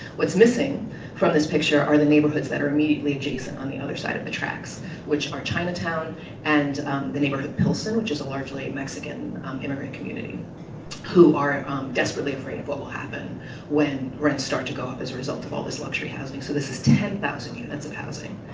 what's missing from this picture are the neighborhoods that are immediately adjacent on the other side of the tracks which are chinatown and the neighborhood of pilsen which is a largely mexican um inner community who are um desperately afraid of what will happen when rents start to go up as a result of all this luxury housing. so this is ten thousand units of housing